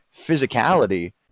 physicality